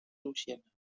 louisiana